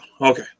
Okay